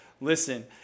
listen